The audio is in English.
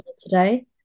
today